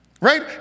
Right